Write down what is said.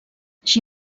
així